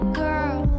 girl